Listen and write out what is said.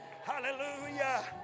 Hallelujah